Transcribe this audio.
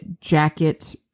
jacket